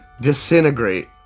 disintegrate